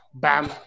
Bam